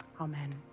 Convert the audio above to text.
Amen